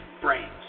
brains